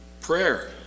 Prayer